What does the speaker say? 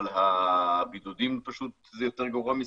אבל הבידודים זה פשוט יותר גרוע מסגר,